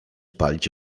palić